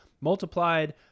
multiplied